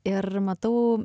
ir matau